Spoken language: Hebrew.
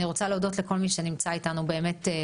אני רוצה להודות לכל מי שנמצא איתנו בזום.